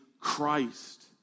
Christ